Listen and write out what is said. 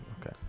Okay